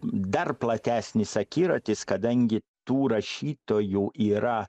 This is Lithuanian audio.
dar platesnis akiratis kadangi tų rašytojų yra